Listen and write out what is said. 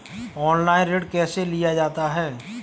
Online ऋण कैसे लिया जाता है?